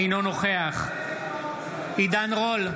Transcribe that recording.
אינו נוכח עידן רול,